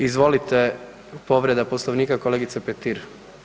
Izvolite, povreda Poslovnika, kolegica Petir.